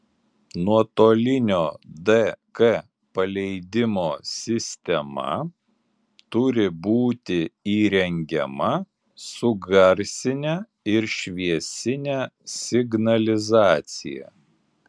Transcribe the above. nuotolinio dk paleidimo sistema turi būti įrengiama su garsine ir šviesine signalizacija